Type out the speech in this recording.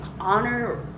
honor